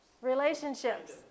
Relationships